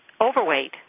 overweight